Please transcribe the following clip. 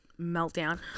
meltdown